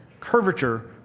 curvature